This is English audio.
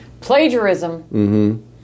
Plagiarism